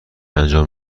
انجام